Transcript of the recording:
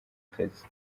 kazi